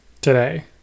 Today